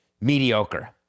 mediocre